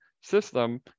system